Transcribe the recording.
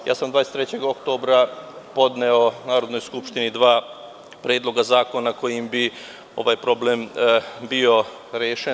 Ja sam 23. oktobra podneo Narodnoj skupštini dva predloga zakona kojim bi ovaj problem bio rešen.